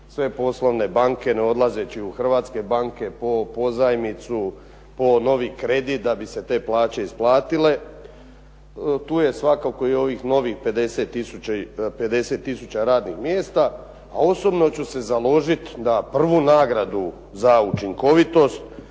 sve poslovne banke ne odlazeći u hrvatske banke po pozajmicu, po novi kredit da bi se te plaće isplatile. Tu je svakako i ovih novih 50000 radnih mjesta, a osobno ću se založit da prvu nagradu za učinkovitost